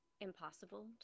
impossible